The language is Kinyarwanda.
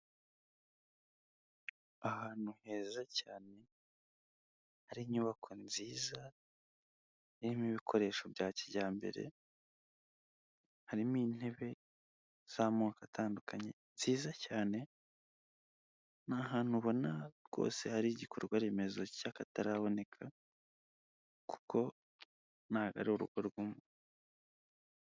Ahantu heza cyane hari inyubako nziza irimo ibikoresho bya kijyambere harimo intebe z'amoko atandukanye nziza cyane n’ahantu ubona rwose hari igikorwa remezo cy'akataraboneka kuko nta ari urugo rw’umuntu.